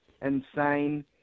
insane